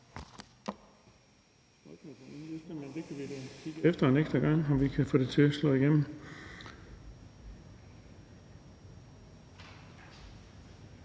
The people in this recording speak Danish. efter en ekstra gang og se, om vi kan få det til at slå igennem